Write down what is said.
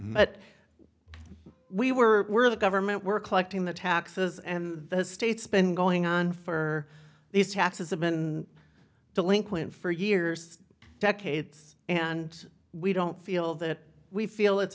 we were the government were collecting the taxes and the state's been going on for these taxes have been delinquent for years decades and we don't feel that we feel it's